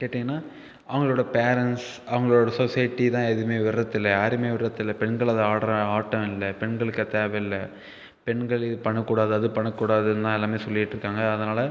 கேட்டிங்கன்னா அவங்களோட பேரண்ட்ஸ் அவங்களோட சொசைட்டி தான் எதுவுமே விடுறது இல்லை யாருமே விடுறது இல்ல பெண்கள் அது ஆடுற ஆட்டம் இல்லை பெண்களுக்கு அது தேவயில்லை பெண்கள் இது பண்ணக்கூடாது அது பண்ணக்கூடாதுன்னு தான் எல்லாமே சொல்லிட்டுருக்காங்க அதனால்